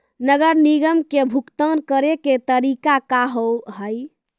नगर निगम के भुगतान करे के तरीका का हाव हाई?